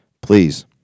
please